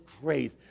grace